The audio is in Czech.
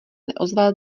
neozval